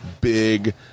big